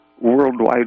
worldwide